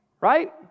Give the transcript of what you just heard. Right